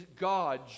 God